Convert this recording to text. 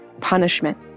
punishment